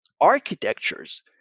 architectures